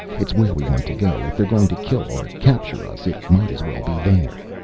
it's where we want to go. if they're going to kill or capture us, it might as well be there.